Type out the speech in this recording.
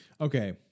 Okay